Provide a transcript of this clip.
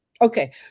Okay